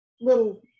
little